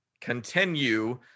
continue